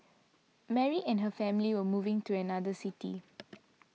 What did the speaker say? Mary and her family were moving to another city